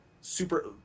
super